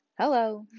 Hello